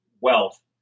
wealth